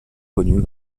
connue